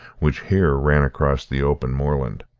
which here ran across the open moorland.